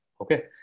okay